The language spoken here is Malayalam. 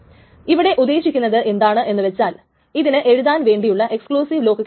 ട്രാൻസാക്ഷൻ T1 എന്ന് ഉദ്ദേശിക്കുന്നത് x ന്റെ റൈറ്റ് ടൈം സ്റ്റാമ്പിനേക്കാളും ഇതിന്റെ ടൈംസ്റ്റാമ്പ് വലുതാണ് എന്നാണ്